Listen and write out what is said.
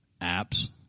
apps